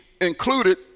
included